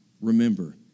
remember